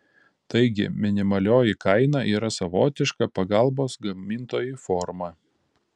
taigi minimalioji kaina yra savotiška pagalbos gamintojui forma